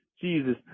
Jesus